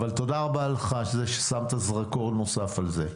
אבל תודה רבה לך ששמת זרקור נוסף על זה.